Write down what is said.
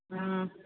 হুম